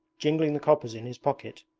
jingling the coppers in his pocket.